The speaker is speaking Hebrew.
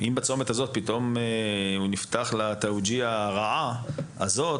אם בצומת הזה הוא נפתח לתאוגי'הי הרעה הזאת,